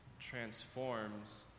transforms